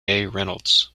reynolds